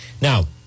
Now